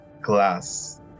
glass